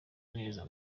neza